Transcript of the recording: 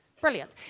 Brilliant